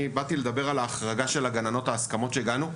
אני באתי לדבר על ההחרגה של הגננות ועל ההסכמות שהגענו אליהן,